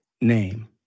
name